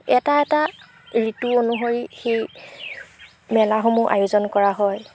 এটা এটা ঋতু অনুসৰি সেই মেলাসমূহ আয়োজন কৰা হয়